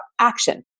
action